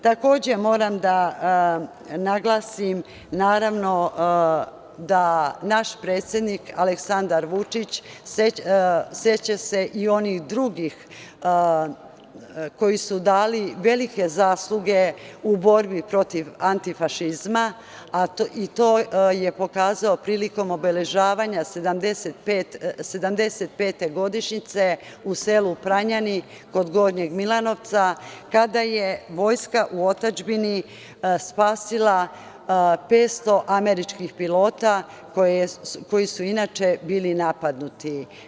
Takođe, moram da naglasim, naravno da naš predsednik Aleksandar Vučić se seća i onih drugih koji su dali velike zasluge u borbi protiv antifašizma i to je pokazao prilikom obeležavanja 75. godišnjice u selu Pranjani kod Gornjeg Milanovca, kada je vojska u otadžbini spasila 500 američkih pilota, koji su inače bili napadnuti.